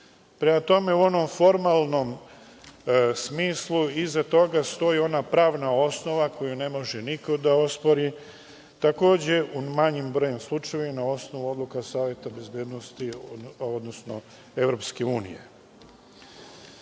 Prema tome u onom formalnom smislu iza toga stoji ona pravna osnova koju ne može niko da ospori, takođe u manjem broju slučajeva na osnovu odluka Saveta bezbednosti, odnosno EU.Naravno,